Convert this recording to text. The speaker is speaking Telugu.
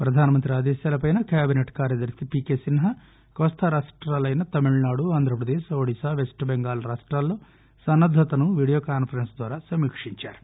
ప్రదానమంత్రి ఆదేశాలపైన కేబిసెట్ కార్యదర్తి పీకే సిన్హా కోస్తా రాష్లాలు తమిళనాడు ఆంధ్రప్రదేశ్ ఒడిశా వెస్ట్ బెంగాల్ రాష్టాల్లో సన్నద్దతను వీడియో కాన్పరెన్స్ ద్వారా సమీక్షించారు